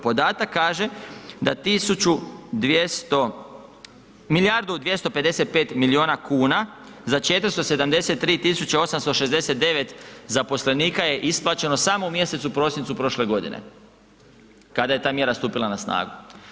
Podatak kaže da 1.200, milijardu 255 miliona kuna za 473.869 zaposlenika je isplaćeno samo u mjesecu prosincu prošle godine kada je ta mjera stupila na snagu.